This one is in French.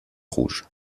rouges